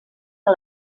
que